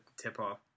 tip-off